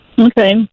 Okay